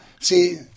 see